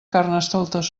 carnestoltes